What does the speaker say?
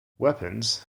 weapons